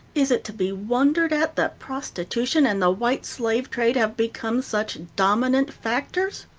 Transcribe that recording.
is it to be wondered at that prostitution and the white slave trade have become such dominant factors?